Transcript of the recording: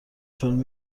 فیلم